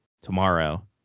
tomorrow